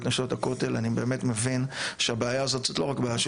אני באמת מבין שהבעיה הזאת היא לא בעיה רק של